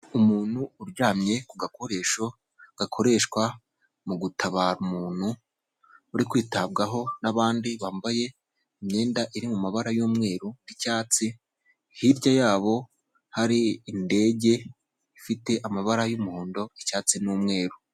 Umuntu uryamye ku gakoresho gakoreshwa mu gutabara, umuntu uri kwitabwaho n'abandi bambaye imyenda iri mu mabara y'umweru n'icyatsi, hirya yabo hari indege ifite amabara y'umuhondo, icyatsi n'umweru.